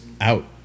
out